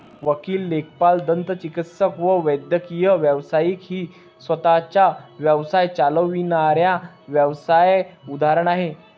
वकील, लेखापाल, दंतचिकित्सक व वैद्यकीय व्यावसायिक ही स्वतः चा व्यवसाय चालविणाऱ्या व्यावसाय उदाहरण आहे